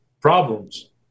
problems